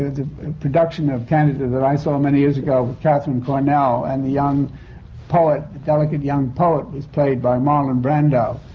the production of candida that i saw many years ago with catherine cornell, and the young poet. delicate young poet was played by marlon brando.